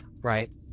Right